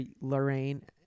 Lorraine